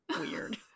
Weird